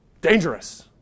dangerous